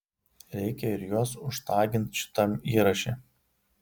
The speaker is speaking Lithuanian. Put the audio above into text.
reikia ir juos užtagint šitam įraše